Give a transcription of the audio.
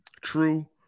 True